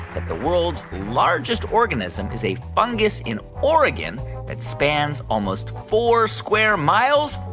that the world's largest organism is a fungus in oregon that spans almost four square miles,